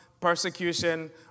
persecution